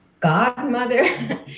godmother